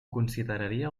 consideraria